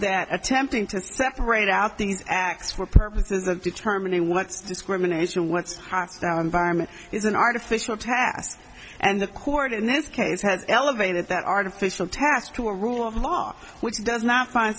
that attempting to separate out these acts for purposes of determining what's discrimination what's hostile environment is an artificial task and the court in this case has elevated that artificial task to a rule of law which does not find